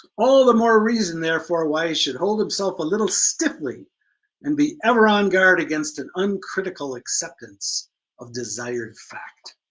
all the more reason therefore why should he hold himself a little stiffly and be ever on guard against an uncritical acceptance of desired fact.